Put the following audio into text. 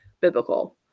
biblical